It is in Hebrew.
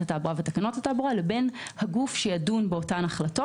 התעבורה ותקנות התעבורה לבין הגוף שידון באותן החלטות.